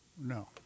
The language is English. no